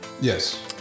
yes